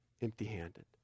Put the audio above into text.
empty-handed